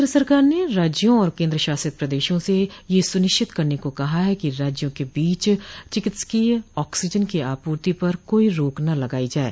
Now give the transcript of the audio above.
केन्द्र सरकार ने राज्यों और केन्द्र शासित प्रदेशों से यह सुनिश्चित करने को कहा है कि राज्यों के बीच चिकित्सोय ऑक्सीजन की आपूर्ति पर कोई रोक न लगाई जाये